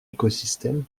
écosystème